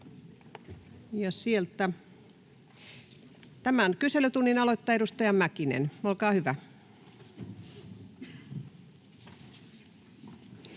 niitä. — Tämän kyselytunnin aloittaa edustaja Mäkinen. Olkaa hyvä.